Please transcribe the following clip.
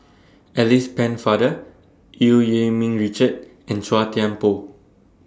Alice Pennefather EU Yee Ming Richard and Chua Thian Poh